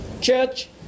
Church